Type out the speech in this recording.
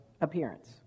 appearance